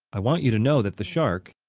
i want you to know that the shark,